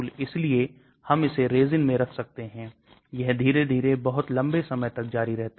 इसलिए यह सभी प्रभाव भी तस्वीर में आते हैं जब आप बना रहे हैं और उन्हें दवा समानता गुण कहा जाता है